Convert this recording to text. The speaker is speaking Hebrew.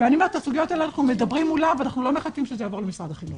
ועל הסוגיות האלה אנחנו מדברים ואנחנו לא מחכים שזה יעבור למשרד החינוך.